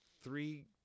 three